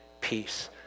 peace